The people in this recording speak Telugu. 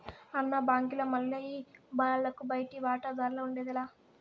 అన్న, బాంకీల మల్లె ఈ బాలలకు బయటి వాటాదార్లఉండేది లా